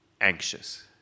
anxious